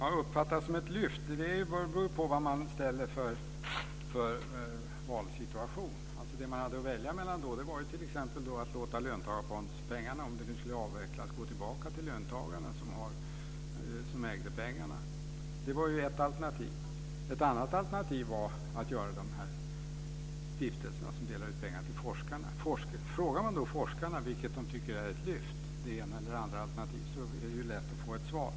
Fru talman! När det gäller att man har uppfattat det som ett lyft beror det ju på vilken valsituation man ställs inför. Då kunde man t.ex. välja att låta löntagarfondspengarna, om det nu skulle avvecklas, gå tillbaka till löntagarna, som ägde pengarna. Det var ju ett alternativ. Ett annat alternativ var att göra de här stiftelserna, som delar ut pengar till forskarna. Om man frågar forskarna vilket de tycker är ett lyft, det ena eller det andra alternativet, är det lätt att få ett svar.